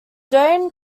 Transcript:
duane